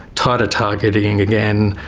tighter targeting again,